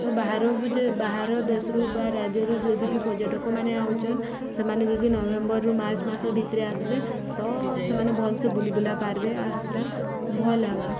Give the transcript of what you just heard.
ତ ବାହାରକୁ ଯଦି ବାହାର ଦେଶରୁ ବା ରାଜ୍ୟରୁ ଯଦି ବି ପର୍ଯ୍ୟଟକମାନେ ଆଉଛନ୍ ସେମାନେ ଯଦି ନଭେମ୍ବର୍ରୁ ମାର୍ଚ୍ଚ ମାସ ଭିତରେ ଆସିବେ ତ ସେମାନେ ଭଲ୍ସେ ବୁଲିବୁଲା ପାର୍ବେେ ଆର୍ ସେଟା ଭଲ୍ ହେବା